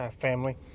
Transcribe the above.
family